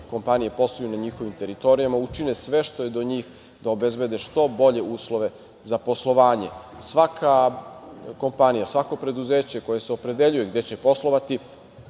kompanije posluju na njihovim teritorijama, učine sve što je do njih da obezbede što bolje uslove za poslovanje. Svaka kompanija, svako preduzeće koje se opredeljuje gde će poslovati